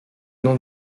nom